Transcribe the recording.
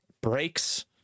Breaks